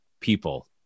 people